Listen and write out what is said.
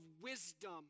wisdom